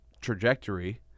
trajectory